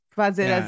fazer